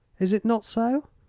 is it not so?